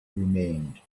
remained